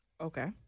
Okay